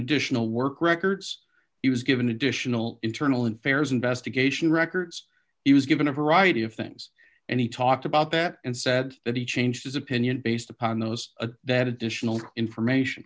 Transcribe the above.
additional work records he was given additional internal affairs investigation records he was given a variety of things and he talked about that and said that he changed his opinion based upon those a that additional information